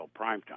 Primetime